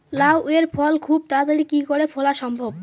লাউ এর ফল খুব তাড়াতাড়ি কি করে ফলা সম্ভব?